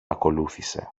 ακολούθησε